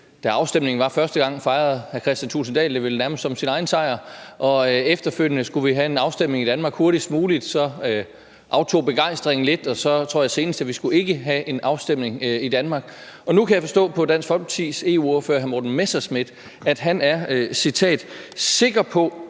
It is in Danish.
Dengang der var afstemning, fejrede hr. Kristian Thulesen Dahl det vel nærmest som sin egen sejr, og efterfølgende skulle vi have en afstemning i Danmark hurtigst muligt. Så aftog begejstringen lidt, og så tror jeg, at det senest var sådan, at vi ikke skulle have en afstemning i Danmark. Nu kan jeg forstå på Dansk Folkepartis EU-ordfører, hr. Morten Messerschmidt, at han er – citat – »sikker på,